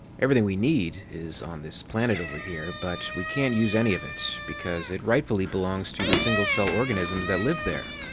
everything we need is on this other planet over here. but we can't use any of it because it rightfully belongs to the single-cell organisms that live there?